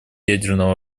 ядерного